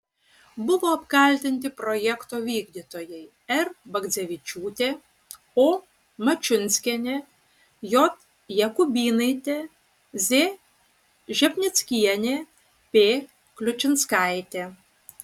buvo apkaltinti projekto vykdytojai r bagdzevičiūtė o mačiunskienė j jakubynaitė z žepnickienė p kliučinskaitė